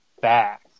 back